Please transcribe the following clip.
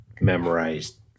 memorized